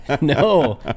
no